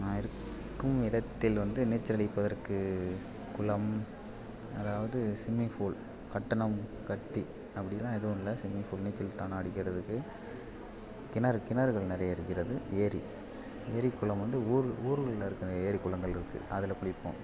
நான் இருக்கும் இடத்தில் வந்து நீச்சல் அடிப்பதற்கு குளம் அதாவது ஸ்விம்மிங்ஃபூல் கட்டணம் கட்டி அப்படிலாம் எதுவும் இல்லை ஸ்விம்மிங்ஃபூல் நீச்சல் தானாக அடிக்கிறதுக்கு கிணறு கிணறுகள் நிறையா இருக்கிறது ஏரி ஏரி குளம் வந்து ஊர் ஊருக்குள்ளே இருக்கிற ஏரி குளங்கள் இருக்கு அதில் குளிப்போம்